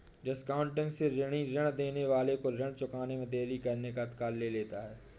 discounting से ऋणी ऋण देने वाले को ऋण चुकाने में देरी करने का अधिकार ले लेता है